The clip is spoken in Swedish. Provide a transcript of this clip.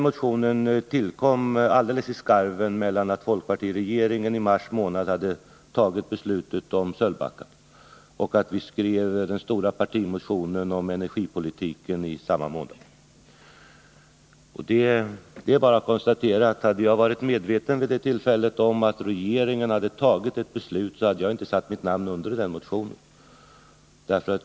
Motionen tillkom i skarven mellan det att folkpartiregeringen i mars månad hade tagit beslutet om Sölvbacka och att vi skrev den stora partimotionen om energipolitiken i samma månad. Det är bara att konstatera, att hade jag vid det tillfället varit medveten om att regeringen fattat ett beslut så hade jag inte satt mitt namn på den motionen.